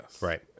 Right